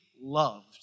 loved